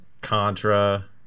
Contra